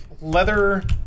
leather